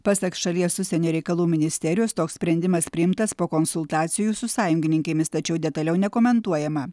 pasak šalies užsienio reikalų ministerijos toks sprendimas priimtas po konsultacijų su sąjungininkėmis tačiau detaliau nekomentuojama